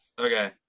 Okay